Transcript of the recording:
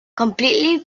completely